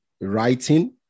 writing